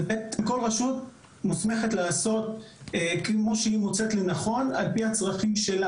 כל רשות מוסמכת לעשות כפי שהיא מוצאת לנכון על פי צרכיה.